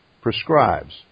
prescribes